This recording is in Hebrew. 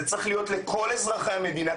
זה צריך להיות לכל אזרחי המדינה,